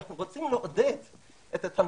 אנחנו רוצים לעודד את התלמידים.